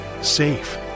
safe